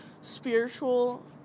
spiritual